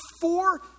four